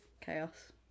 chaos